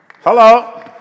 Hello